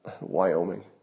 Wyoming